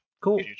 Cool